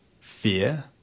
fear